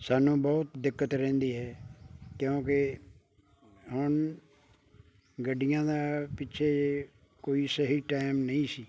ਸਾਨੂੰ ਬਹੁਤ ਦਿੱਕਤ ਰਹਿੰਦੀ ਹੈ ਕਿਉਂਕਿ ਹੁਣ ਗੱਡੀਆਂ ਦਾ ਪਿੱਛੇ ਜਿਹੇ ਕੋਈ ਸਹੀ ਟਾਇਮ ਨਹੀਂ ਸੀ